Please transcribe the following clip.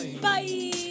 Bye